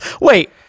wait